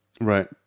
Right